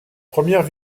premières